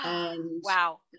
Wow